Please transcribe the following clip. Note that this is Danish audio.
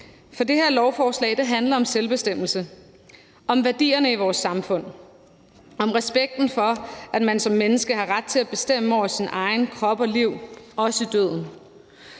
For det her lovforslag handler om selvbestemmelse, om værdierne i vores samfund og om respekten for, at man som menneske har ret til bestemme over sin egen krop og sit eget liv, også i døden.